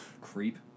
Creep